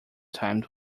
time